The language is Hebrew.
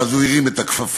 ואז הוא הרים את הכפפה",